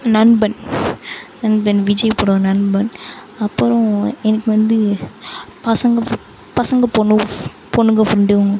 நண்பன் and then Vijay படம் நண்பன் அப்புறோம் எனக்கு வந்து பசங்கள் பசங்கள் பொண்ணுங் பொண்ணுங்கள் ஃப்ரெண்டு